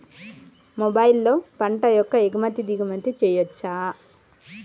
మొబైల్లో పంట యొక్క ఎగుమతి దిగుమతి చెయ్యచ్చా?